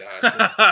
God